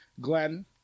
Glenn